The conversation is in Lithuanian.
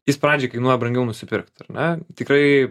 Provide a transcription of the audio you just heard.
jis pradžiai kainuoja brangiau nusipirkt ar na tikrai